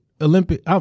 Olympic